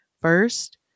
first